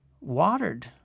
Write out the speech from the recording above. watered